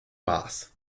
maas